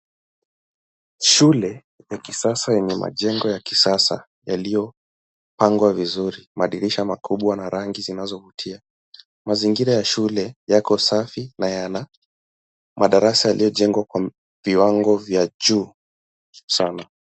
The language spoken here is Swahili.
Shule ya kisasa yenye majengo ya kisasa yaliyopangwa vizuri, madirisha makubwa, na rangi zinazovutia. Mazingira ya shule yako safi na yana madarasa yaliyojengwa kwa viwango vya juu sana.